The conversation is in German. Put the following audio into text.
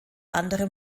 anderem